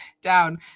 down